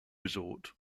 resort